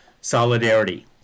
solidarity